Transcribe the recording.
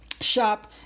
shop